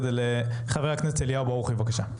חבר הכנסת אליהו ברוכי, בבקשה.